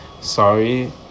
Sorry